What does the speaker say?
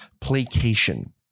placation